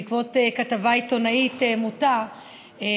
בעקבות כתבה עיתונאית מוטה,